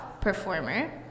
performer